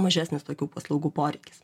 mažesnis tokių paslaugų poreikis